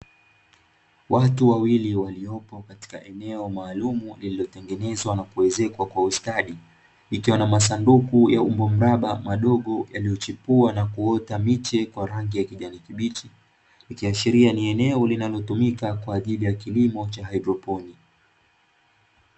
Watu wawili waliopo katika eneo maalumu lililotengenezwa na kuezekwa kwa ustadi, ikiwa na masanduku ya umbo mraba madogo yaliyochipua na kuota miche kwa rangi ya kijani kibichi, ikiashiria ni eneo linalotumika kwa ajili ya kilimo cha Haidroponi.